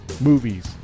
movies